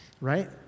right